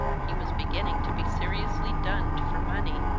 he was beginning to be seriously dunned for money.